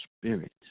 Spirit